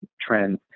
trends